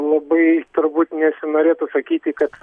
labai turbūt nesinorėtų sakyti kad